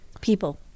People